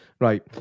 Right